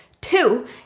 Two